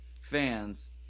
fans